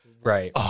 Right